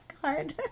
card